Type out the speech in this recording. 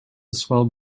swell